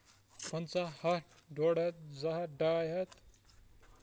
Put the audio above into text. پَنٛژاہ ہَتھ ڈوٚڈ ہَتھ زٕ ہَتھ ڈاے ہَتھ